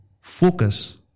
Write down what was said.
focus